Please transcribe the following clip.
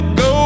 go